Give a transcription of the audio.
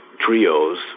trios